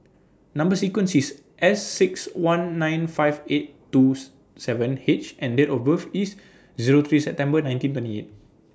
Number sequence IS S six one nine five eight twos seven H and Date of birth IS Zero three September nineteen twenty eight